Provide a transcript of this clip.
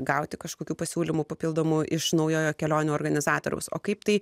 gauti kažkokių pasiūlymų papildomų iš naujojo kelionių organizatoriaus o kaip tai